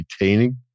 retaining